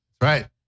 right